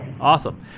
Awesome